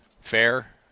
fair